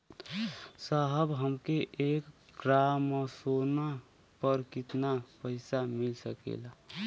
साहब हमके एक ग्रामसोना पर कितना पइसा मिल सकेला?